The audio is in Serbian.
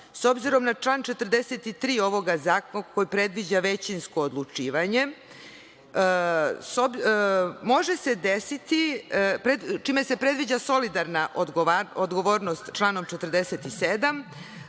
s obzirom na član 43. ovoga zakona koji predviđa većinsko odlučivanje, čime se predviđa solidarna odgovornost članom 47,